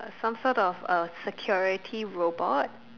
some sort of a security robot